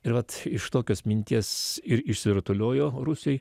ir vat iš tokios minties ir išsirutuliojo rusijoj